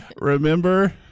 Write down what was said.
remember